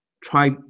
try